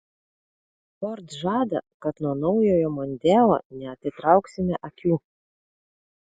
ford žada kad nuo naujojo mondeo neatitrauksime akių